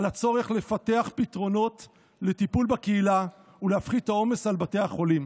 על הצורך לפתח פתרונות לטיפול בקהילה ולהפחית את העומס על בתי החולים.